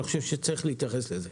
אני חושב שצריך להתייחס לזה.